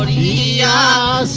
ah e. i